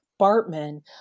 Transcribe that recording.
Bartman